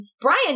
Brian